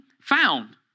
found